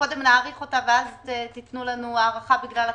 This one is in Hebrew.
קודם נאריך אותה ואז תיתנו לנו הארכה בגלל הקורונה?